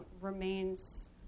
remains